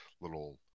little